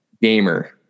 Gamer